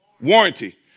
Warranty